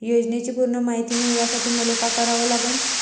योजनेची पूर्ण मायती मिळवासाठी मले का करावं लागन?